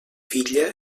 filla